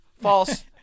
False